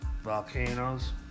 volcanoes